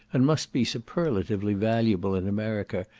and must be superlatively valuable in america,